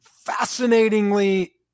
Fascinatingly